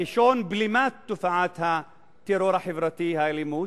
הראשון, בלימת תופעת הטרור החברתי, האלימות,